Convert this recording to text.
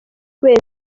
kubera